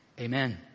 Amen